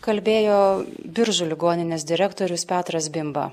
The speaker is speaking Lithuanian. kalbėjo biržų ligoninės direktorius petras bimba